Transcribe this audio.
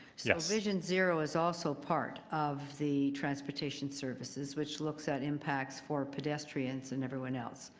yeah vision zero is also part of the transportation services which looks at impacts for pedestrians and everyone else.